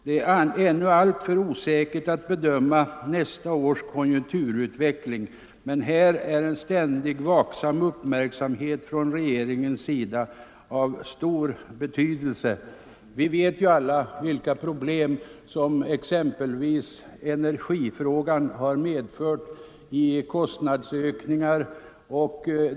Det är ännu alltför osäkert att bedöma nästa års konjunkturutveckling, men här är en ständigt vaksam uppmärksamhet från regeringens sida av stor betydelse. Vi vet alla vilka problem som exempelvis energifrågan har medfört i fråga om kostnadsökningar.